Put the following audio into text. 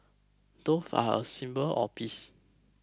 doves are a symbol of peace